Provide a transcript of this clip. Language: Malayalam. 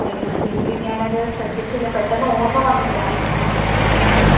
അയ്യോ ചേച്ചി ഞാൻ അതു ശ്രദ്ധിച്ചില്ല പെട്ടെന്ന് ഓർമ്മ വന്നില്ല അയ്യോ